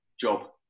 job